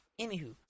Anywho